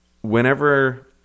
whenever